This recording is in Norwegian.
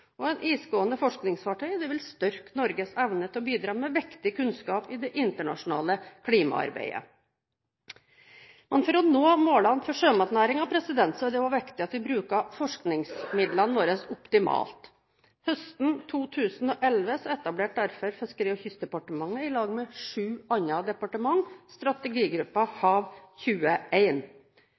et nytt isgående fartøy, er viktig for ressurs- og klimaforskningen i nord. Et isgående forskningsfartøy vil styrke Norges evne til å bidra med viktig kunnskap i det internasjonale klimaarbeidet. For å nå målene for sjømatnæringen er det viktig at vi bruker forskningsmidlene våre optimalt. Høsten 2011 etablerte derfor Fiskeri- og kystdepartementet, i lag med sju